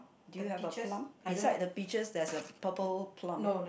do you have a plum beside the peaches there is a purple plum